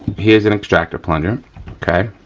here's an extractor plunger okay.